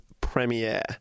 premiere